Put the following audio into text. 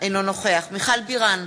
אינו נוכח מיכל בירן,